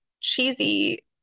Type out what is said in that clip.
cheesy